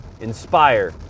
inspire